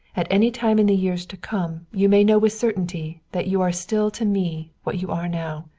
at any time in the years to come you may know with certainty that you are still to me what you are now,